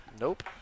Nope